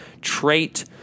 trait